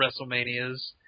WrestleManias